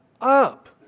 up